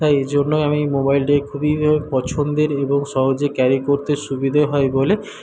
তাই এইজন্যই আমি মোবাইলটিকে খুবই পছন্দের এবং সহজে ক্যারি করতে সুবিধে হয় বলে